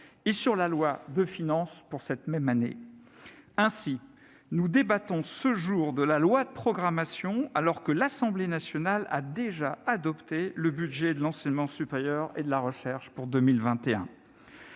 projet de loi de finances pour cette même année ? Ainsi, nous débattons ce jour du projet de loi de programmation alors que l'Assemblée nationale a déjà adopté le budget de l'enseignement supérieur et de la recherche pour